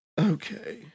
Okay